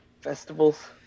festivals